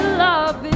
love